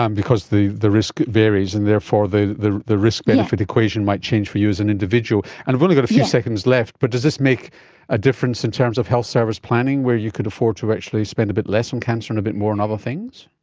um because the the risk varies, and therefore the the risk benefit equation might change for you as an individual. and we've only got a few seconds left, but does this make a difference in terms of health service planning where you could afford to actually spend a bit less on cancer and a bit more on other things?